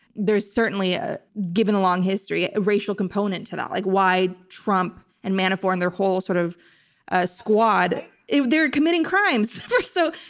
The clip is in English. there's certainly, ah given a long history, a racial component to that, like why trump and manafort and their whole sort of ah squad they're committing crimes! for so.